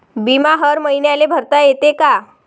बिमा हर मईन्याले भरता येते का?